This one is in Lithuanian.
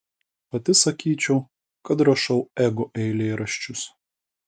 pati sakyčiau kad rašau ego eilėraščius